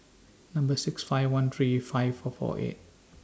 Number six five one three five four four eight